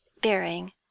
bearing